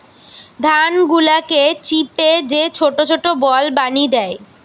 ধান গুলাকে চিপে যে ছোট ছোট বল বানি দ্যায়